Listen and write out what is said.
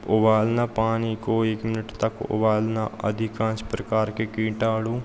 उबालना पानी को एक मिनट तक उबालना अधिकांश प्रकार के कीटाणु